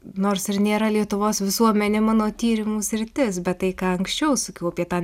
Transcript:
nors ir nėra lietuvos visuomenė mano tyrimų sritis bet tai ką anksčiau sakiau apie tą